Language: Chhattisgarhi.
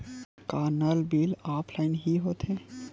का नल बिल ऑफलाइन हि होथे?